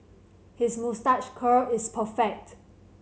his moustache curl is perfect